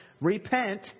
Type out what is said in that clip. Repent